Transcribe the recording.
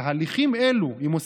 "תהליכים אלו" היא מוסיפה,